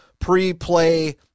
pre-play